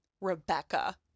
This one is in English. Rebecca